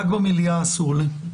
רק במליאה אסור לי להיות.